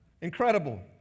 Incredible